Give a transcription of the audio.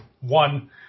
One